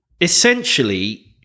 Essentially